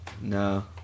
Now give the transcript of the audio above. No